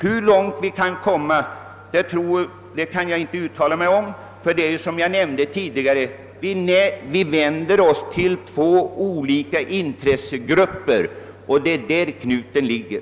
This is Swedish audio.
Hur långt vi kan komma kan jag inte uttala mig om, ty — som jag nämnde tidigare — vi vänder oss ju till två olika intressegrupper. Det är där knuten ligger.